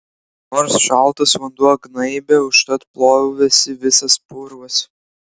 nors šaltas vanduo gnaibė užtat plovėsi visas purvas